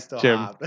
Jim